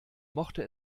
mochte